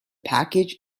package